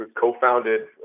co-founded